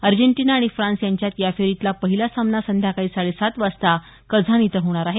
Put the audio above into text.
Argentina आणि France यांच्यात या फेरीतला पहिला सामना संध्याकाळी साडेसात वाजता कझान इथं होणार आहे